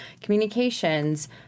communications